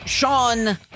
Sean